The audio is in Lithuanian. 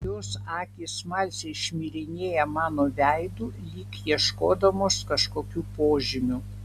jos akys smalsiai šmirinėja mano veidu lyg ieškodamos kažkokių požymių